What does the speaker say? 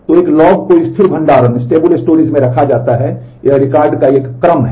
तो एक लॉग को स्थिर भंडारण में रखा जाता है यह रिकॉर्ड का एक क्रम है